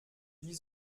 wie